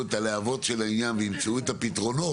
את הלהבות של העניין וימצאו את הפתרונות,